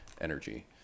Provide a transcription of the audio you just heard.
energy